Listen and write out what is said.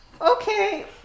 okay